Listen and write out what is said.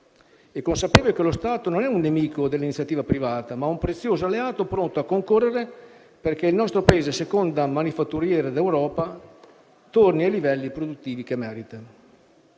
e consapevole che lo Stato non è un nemico dell'iniziativa privata, ma un prezioso alleato pronto a concorrere perché il nostro Paese, seconda manifattura d'Europa, torni ai livelli produttivi che merita.